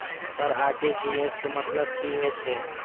Sir RTGS के मतलब की हे छे?